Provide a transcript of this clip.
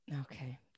Okay